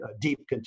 deep